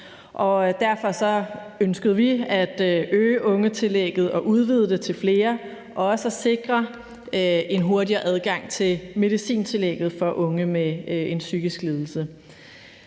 Derfor ønskede vi at øge ungetillægget og udvide det til flere og også at sikre en hurtigere adgang til medicintillægget for unge med en psykisk lidelse.